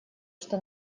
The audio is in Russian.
что